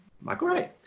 Michael